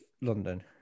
London